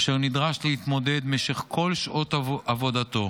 אשר נדרש להתמודד במשך כל שעות עבודתו,